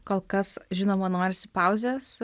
kol kas žinoma norisi pauzės